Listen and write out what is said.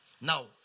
Now